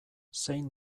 zein